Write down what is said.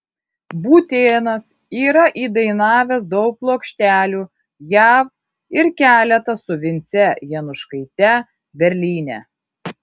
būtėnas yra įdainavęs daug plokštelių jav ir keletą su vince januškaite berlyne